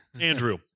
Andrew